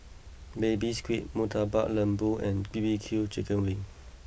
Baby Squid Murtabak Lembu and B B Q Chicken Wings